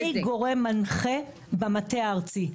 אני גורם מנחה במטה הארצי.